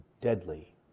deadly